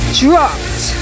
dropped